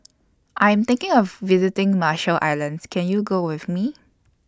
I Am thinking of visiting Marshall Islands Can YOU Go with Me